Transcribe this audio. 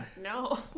No